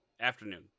Afternoon